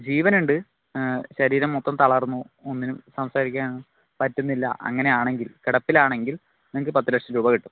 ജീവനുണ്ട് ശരീരം മൊത്തം തളർന്നു ഒന്നിനും സംസാരിക്കാൻ പറ്റുന്നില്ല അങ്ങനെയാണെങ്കിൽ കിടപ്പിലാണെങ്കിൽ നിങ്ങൾക്ക് പത്ത് ലക്ഷം രൂപ കിട്ടും